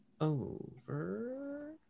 over